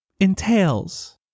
entails